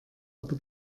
aber